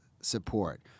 support